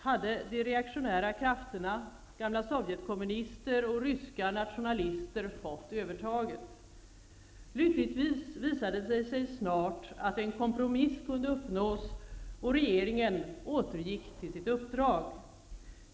Hade de reaktionära krafterna, gamla Sovjetkommunister och ryska nationalister, fått övertaget? Lyckligtvis visade det sig snart att en kompromiss kunde uppnås, och regeringen återgick till sitt uppdrag.